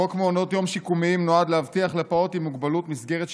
חוק מעונות יום שיקומיים נועד להבטיח לפעוט עם מוגבלות מסגרת שיקומית,